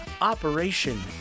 Operation